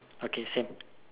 okay same